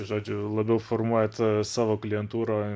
žodžiu labiau formuojat savo klientūrą